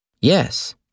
Yes